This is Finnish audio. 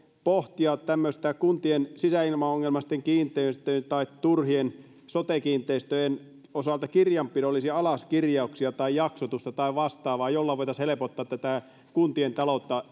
pohtia kuntien sisäilmaongelmaisten kiinteistöjen tai turhien sote kiinteistöjen osalta kirjanpidollisia alaskirjauksia tai jaksotusta tai vastaavaa jolla voitaisiin helpottaa tätä kuntien taloutta